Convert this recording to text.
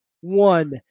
one